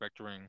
vectoring